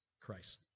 Christ